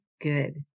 good